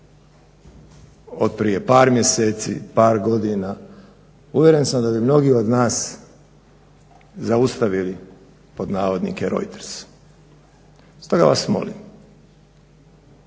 od prije par mjeseci, par godina. Uvjeren sam da bi mnogi od nas zaustavili "Routers". Stoga vas molim,